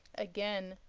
again,